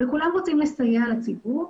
וכולם רוצים לסייע לציבור,